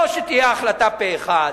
או שתהיה החלטה פה-אחד,